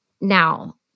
Now